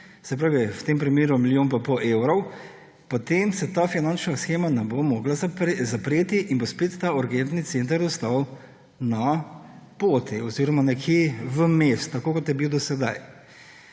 števila, v tem primeru milijon pa pol evrov, potem se ta finančna shema ne bo mogla zapreti in bo spet ta urgentni center ostal na poti oziroma nekje vmes, tako kot je bil do sedaj.